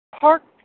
park